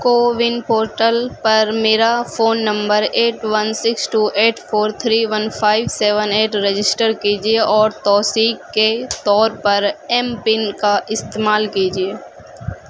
CoWIN portal پر میرا phone number eight one six two eight four three one five seven eight register کیجیے اور توثیق کے طور پر ایم پن کا استعمال کیجیے